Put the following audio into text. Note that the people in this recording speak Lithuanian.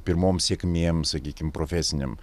pirmom sėkmėm sakykim profesinėm